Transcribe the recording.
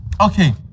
Okay